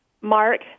Mark